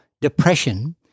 depression